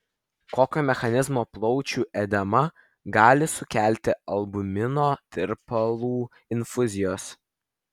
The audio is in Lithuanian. kokio mechanizmo plaučių edemą gali sukelti albumino tirpalų infuzijos